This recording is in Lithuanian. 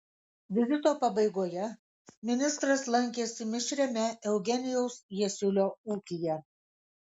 vizito pabaigoje ministras lankėsi mišriame eugenijaus jasiulio ūkyje